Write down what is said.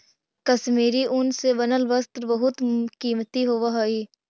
कश्मीरी ऊन से बनल वस्त्र बहुत कीमती होवऽ हइ